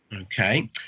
Okay